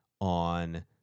on